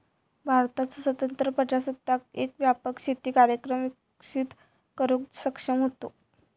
भारताचो स्वतंत्र प्रजासत्ताक एक व्यापक शेती कार्यक्रम विकसित करुक सक्षम होतो